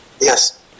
Yes